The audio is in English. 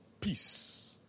Peace